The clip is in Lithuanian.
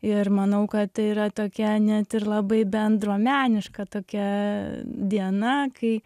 ir manau kad tai yra tokia net ir labai bendruomeniška tokia diena kai